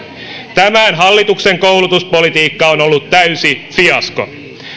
tämän hallituksen koulutuspolitiikka on ollut täysi fiasko